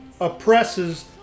oppresses